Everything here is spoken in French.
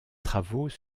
travaux